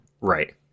Right